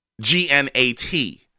G-N-A-T